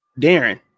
Darren